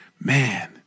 man